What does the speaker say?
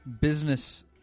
business